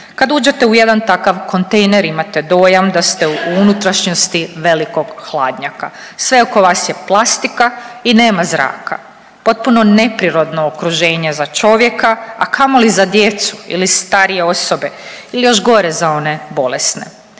Kad uđete u jedan takav kontejner imate dojam da ste u unutrašnjosti velikog hladnjaka, sve oko vas je plastika i nema zraka, potpuno neprirodno okruženje za čovjeka, a kamoli za djecu ili starije osobe ili još gore za one bolesne.